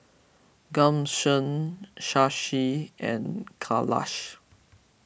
Ghanshyam Shashi and Kailash